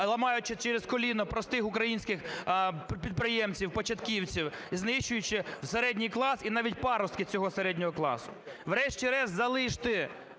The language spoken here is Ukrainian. ламаючи через коліно простих українських підприємців-початківців, знищуючи середній клас і навіть паростки цього середнього класу. Врешті-решт залиште